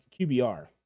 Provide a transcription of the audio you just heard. QBR